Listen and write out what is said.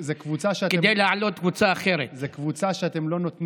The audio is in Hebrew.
זאת קבוצה שאתם,